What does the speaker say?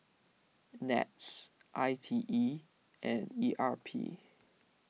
NETS I T E and E R P